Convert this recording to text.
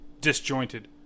disjointed